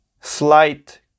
slight